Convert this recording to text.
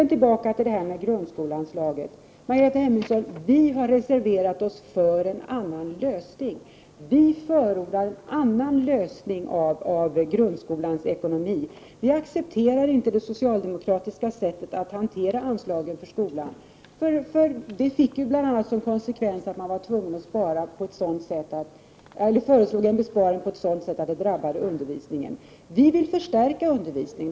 Så tillbaka till grundskoleanslaget. Vi har reserverat oss för en annan lösning, Margareta Hemmingsson. Vi förordar en annan lösning av problemet med grundskolans ekonomi. Vi accepterar inte det socialdemokratiska sättet att hantera anslagen för skolan. Ni föreslog en besparing som skulle drabba undervisningen. Vi vill förstärka undervisningen.